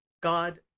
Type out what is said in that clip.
God